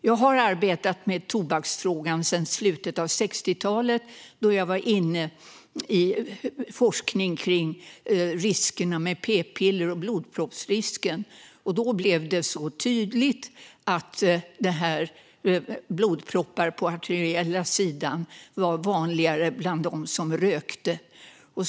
Jag har arbetat med tobaksfrågan sedan slutet av 60-talet då jag var inne i forskning kring riskerna med p-piller och blodproppsrisken. Då blev det tydligt att blodproppar på den arteriella sidan var vanligare bland dem som rökte.